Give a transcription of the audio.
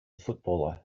footballer